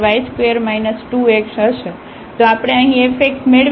તો આપણે અહીં fx મેળવીશું જે આપણને x1 આપશે